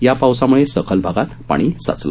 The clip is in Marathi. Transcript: या पावसामुळे सखल भागात पाणी साचलं